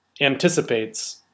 anticipates